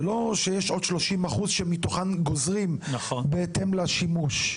זה לא שיש עוד 30% שמתוכם גוזרים בהתאם לשימוש?